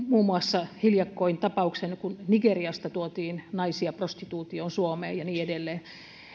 muun muassa hiljakkoin tapauksen kun nigeriasta tuotiin naisia prostituutioon suomeen ja niin edelleen